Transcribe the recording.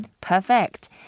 Perfect